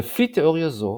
לפי תיאוריה זו,